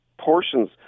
portions